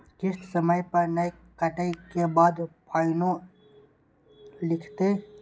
किस्त समय पर नय कटै के बाद फाइनो लिखते?